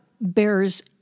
bears